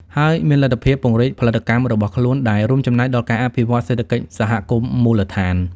ហើយមានលទ្ធភាព ពង្រីកផលិតកម្ម របស់ខ្លួន ដែលរួមចំណែកដល់ការអភិវឌ្ឍន៍សេដ្ឋកិច្ចសហគមន៍មូលដ្ឋាន។